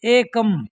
एकम्